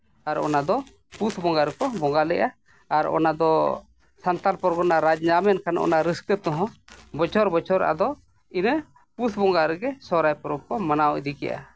ᱚᱱᱟᱫᱚ ᱯᱩᱥ ᱵᱚᱸᱜᱟ ᱨᱮᱠᱚ ᱵᱚᱸᱜᱟ ᱞᱮᱫᱼᱟ ᱟᱨ ᱚᱱᱟᱫᱚ ᱥᱟᱱᱛᱟᱲ ᱯᱚᱨᱜᱚᱱᱟ ᱨᱟᱡᱽ ᱧᱟᱢ ᱮᱱᱠᱷᱟᱱ ᱚᱱᱟ ᱨᱟᱹᱥᱠᱟᱹ ᱛᱮᱦᱚᱸ ᱵᱚᱪᱷᱚᱨ ᱵᱚᱪᱷᱚᱨ ᱟᱫᱚ ᱤᱱᱟᱹ ᱯᱩᱥ ᱵᱚᱸᱜᱟ ᱨᱮᱜᱮ ᱥᱚᱦᱨᱟᱭ ᱯᱚᱨᱚᱵᱽ ᱠᱚ ᱢᱟᱱᱟᱣ ᱤᱫᱤ ᱠᱮᱜᱼᱟ